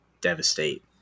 devastate